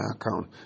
account